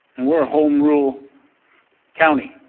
and we are a home rule county.